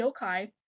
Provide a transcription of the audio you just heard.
yokai